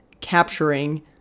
capturing